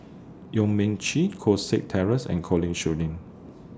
Yong Mun Chee Koh Seng Kiat Terence and Colin Schooling